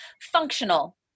functional